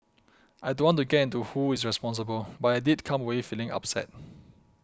I don't want to get into who is responsible but I did come away feeling upset